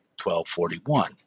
1241